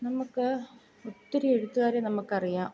നമുക്ക് ഒത്തിരി എഴുത്തുകാരെ നമുക്ക് അറിയാം